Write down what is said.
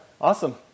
Awesome